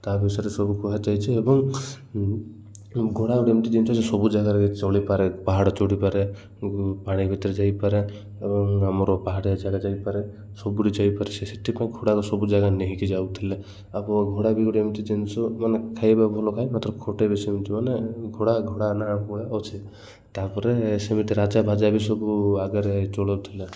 ତା ବିଷୟରେ ସବୁ କୁହାଯାଇଛି ଏବଂ ଘୋଡ଼ା ଗୋଟେ ଏମିତି ଜିନିଷ ସବୁ ଜାଗାରେ ଚଳିପାରେ ପାହାଡ଼ ଚଢ଼ିପାରେ ପାଣି ଭିତରେ ଯାଇପାରେ ଏବଂ ଆମର ପାହାଡ଼ିଆ ଜାଗା ଯାଇପାରେ ସବୁଠି ଯାଇପାରେ ସେ ସେଥିପାଇଁ ଘୋଡ଼ା ସବୁ ଜାଗାରେ ନେଇକି ଯାଉଥିଲେ ଆଉ ଘୋଡ଼ା ବି ଗୋଟେ ଏମିତି ଜିନିଷ ମାନେ ଖାଇବା ଭଲ ଖାଏ ମାତ୍ର ଖଟେ ବି ସେମିତି ମାନେ ଘୋଡ଼ା ଘୋଡ଼ା ନା ଘୋଡ଼ା ଅଛେ ତାପରେ ସେମିତି ରାଜା ଫାଜା ବି ସବୁ ଆଗରେ ଚଳଉଥିଲେ